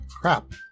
Crap